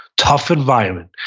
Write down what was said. tough environment.